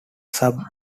sudbury